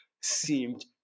seemed